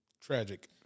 Tragic